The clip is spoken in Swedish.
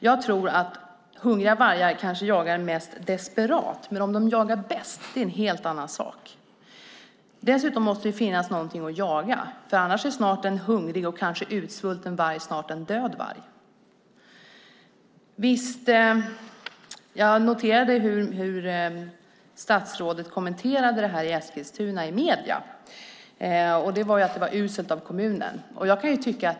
Jag tror att hungriga vargar kanske jagar mest desperat, men om de jagar bäst är en helt annan sak. Dessutom måste det finnas något att jaga. Annars är en hungrig och kanske utsvulten varg snart en död varg. Visst, jag noterade hur statsrådet kommenterade detta med Eskilstuna i medierna. Han sade att det var uselt av kommunen.